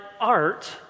art